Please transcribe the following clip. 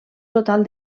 total